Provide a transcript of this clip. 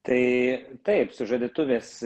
tai taip sužadėtuvės